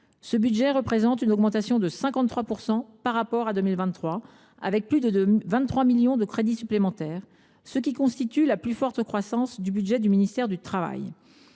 Ce budget représente une augmentation de 53 % par rapport à 2023, avec plus de 23 millions d’euros de crédits supplémentaires, ce qui constitue la plus forte croissance du budget du ministère du travail.